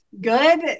good